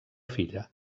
filla